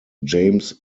james